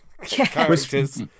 characters